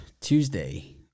Tuesday